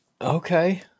Okay